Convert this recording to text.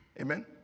Amen